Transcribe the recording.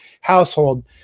household